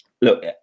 Look